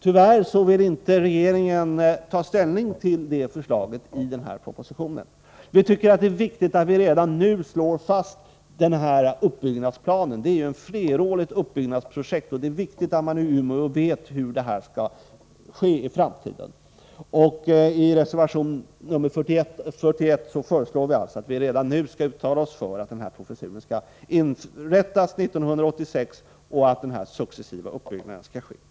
Tyvärr vill regeringen inte i denna proposition ta ställning till detta förslag. Vi tycker att det är viktigt att redan nu slå fast denna utbyggnadsplan. Det är ett flerårigt uppbyggnadsprojekt, och det är viktigt att man i Umeå vet hur det skall utformas i framtiden. I reservation 41 föreslår vi alltså att riksdagen redan nu skall uttala sig för att denna professur skall inrättas 1986 och att den successiva uppbyggnaden skall fortsätta.